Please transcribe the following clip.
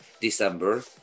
December